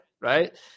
Right